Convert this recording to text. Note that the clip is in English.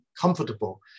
comfortable